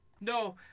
No